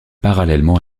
parallèlement